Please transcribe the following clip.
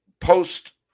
post